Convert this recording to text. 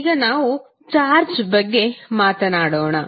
ಈಗ ನಾವು ಚಾರ್ಜ್ ಬಗ್ಗೆ ಮಾತನಾಡೋಣ